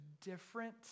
different